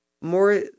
more